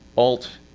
alt.